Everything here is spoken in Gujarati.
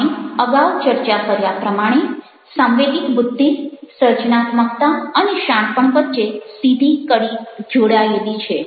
આપણે અગાઉ ચર્ચા કર્યા પ્રમાણે સાંવેગિક બુદ્ધિ સર્જનાત્મકતા અને શાણપણ વચ્ચે સીધી કડી જોડાયેલી છે